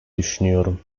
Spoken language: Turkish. düşünüyorum